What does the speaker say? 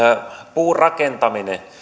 puurakentaminen